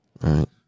Right